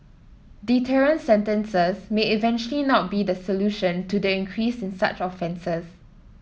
deterrent sentences may eventually not be the solution to the increase in such offences